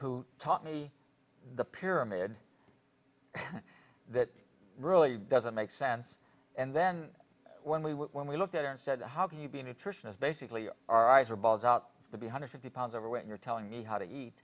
who taught me the pyramid that really doesn't make sense and then when we were when we looked at her and said how can you be a nutritionist basically our eyes are balls out to be hundred fifty pounds overweight you're telling me how to eat